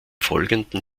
folgenden